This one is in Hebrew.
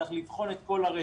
צריך לבחון את כל הרצף.